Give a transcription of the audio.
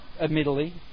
admittedly